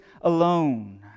alone